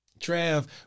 Trav